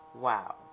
Wow